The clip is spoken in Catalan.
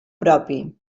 propi